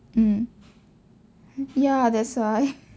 mmhmm ya that's why